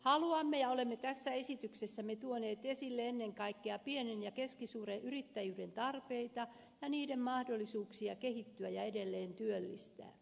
haluamme tuoda ja olemme tässä esityksessämme tuoneet esille ennen kaikkea pienen ja keskisuuren yrittäjyyden tarpeita ja niiden mahdollisuuksia kehittyä ja edelleen työllistää